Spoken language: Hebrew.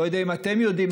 אני לא יודע אם אתם יודעים,